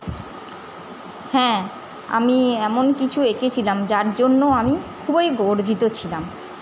হ্যাঁ আমি এমন কিছু এঁকেছিলাম যার জন্য আমি খুবই গর্বিত ছিলাম